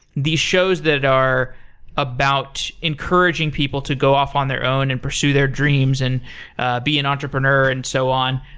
these shows that are about encouraging people to go off on their own and pursue their dreams and be an entrepreneur and so on.